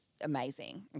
amazing